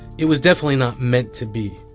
it was definitely not meant to be.